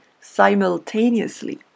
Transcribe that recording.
simultaneously